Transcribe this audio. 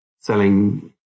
selling